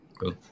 cool